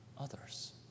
others